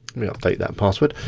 me update that password.